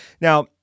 now